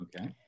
Okay